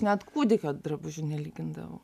net kūdikio drabužių nelygindavau